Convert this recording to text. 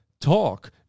talk